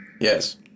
Yes